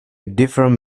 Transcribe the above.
different